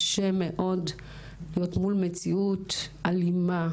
קשה מאוד להיות מול מציאות אלימה,